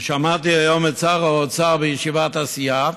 שמעתי היום את שר האוצר בישיבת הסיעה,